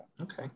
okay